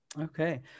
Okay